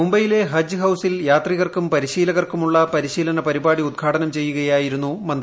മുംബൈയിലെ ഹജ്ജ് ഹൌസിൽ യാത്രികർക്കും പരിശീലകർക്കുമുള്ള പരിശീലന പരിപാടി ഉദ്ഘാടനം ചെയ്യുകയായിരുന്നു മന്തി